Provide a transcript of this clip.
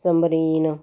submarine